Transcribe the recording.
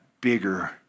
bigger